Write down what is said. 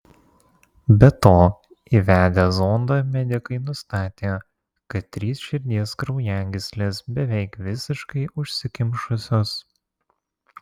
be to įvedę zondą medikai nustatė kad trys širdies kraujagyslės beveik visiškai užsikimšusios